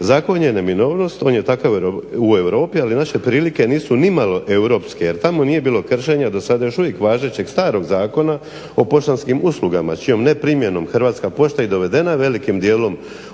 Zakon je neminovnost. On je takav u Europi, ali naše prilike nisu ni malo europske jer tamo nije bilo kršenja do sada još uvijek važećeg starog Zakona o poštanskim uslugama čijom neprimjenom Hrvatska pošta i dovedena velikim dijelom u